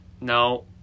No